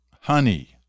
honey